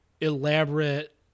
elaborate